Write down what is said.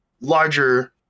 larger